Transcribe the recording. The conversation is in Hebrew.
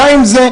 די עם זה.